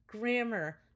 grammar